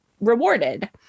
rewarded